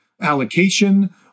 Allocation